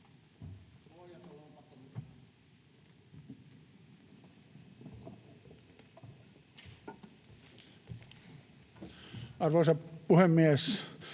Arvoisa puhemies!